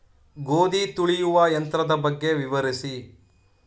ಗೋಧಿ ತುಳಿಯುವ ಯಂತ್ರದ ಬಗ್ಗೆ ವಿವರಿಸಿ?